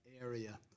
area